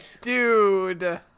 Dude